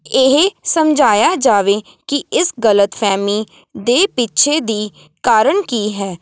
ਇਹ ਸਮਝਾਇਆ ਜਾਵੇ ਕਿ ਇਸ ਗਲਤ ਫ਼ਹਿਮੀ ਦੇ ਪਿੱਛੇ ਦੀ ਕਾਰਨ ਕੀ ਹੈ